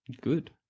Good